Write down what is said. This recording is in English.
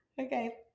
okay